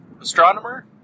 Astronomer